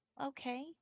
okay